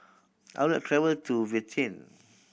I would like travel to